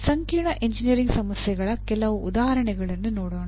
ಸಂಕೀರ್ಣ ಎಂಜಿನಿಯರಿಂಗ್ ಸಮಸ್ಯೆಗಳ ಕೆಲವು ಉದಾಹರಣೆಗಳನ್ನು ನೋಡೋಣ